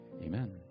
amen